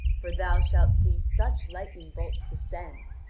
for thou shalt see such lightning-bolts descend,